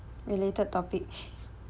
related topics